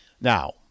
Now